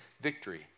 victory